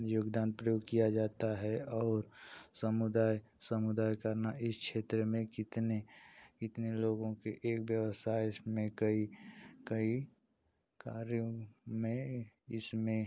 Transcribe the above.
योगदान प्रयोग किया जाता है और समुदाय समुदाय करना इस क्षेत्र में कितने कितने लोगों के एक व्यवसाय में कई कई कार्यों में इसमें